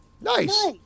Nice